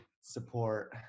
support